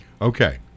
Okay